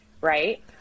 right